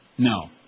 No